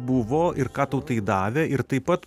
buvo ir ką tau tai davė ir taip pat